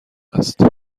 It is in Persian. است